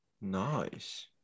Nice